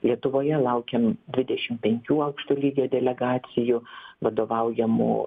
lietuvoje laukiam dvidešim penkių aukšto lygio delegacijų vadovaujamų